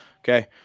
Okay